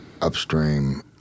upstream